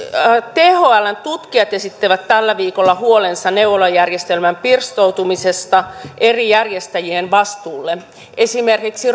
thln tutkijat esittivät tällä viikolla huolensa neuvolajärjestelmän pirstoutumisesta eri järjestäjien vastuulle esimerkiksi